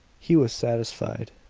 he was satisfied.